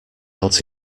out